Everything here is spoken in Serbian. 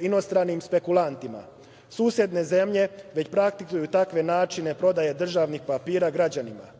inostranim spekulantima. Susedne zemlje već praktikuju takve načine prodaje državnih papira građanima.